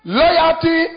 loyalty